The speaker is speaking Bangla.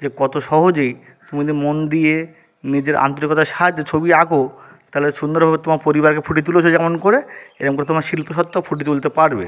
যে কত সহজেই তুমি যদি মন দিয়ে নিজের আন্তরিকতার সাহায্যে ছবি আঁকো তাহলে সুন্দরভাবে তোমার পরিবারের ফুটিয়ে তুলেছো যেমন করে এরম করে তোমার শিল্পী সত্ত্বাও ফুটিয়ে তুলতে পারবে